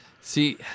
See